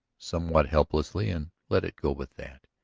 somewhat helplessly and let it go with that.